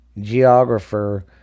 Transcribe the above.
geographer